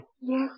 Yes